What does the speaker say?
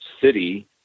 city